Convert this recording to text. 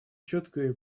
четкой